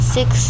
Six